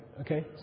Okay